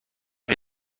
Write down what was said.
est